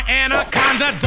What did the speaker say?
anaconda